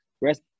rest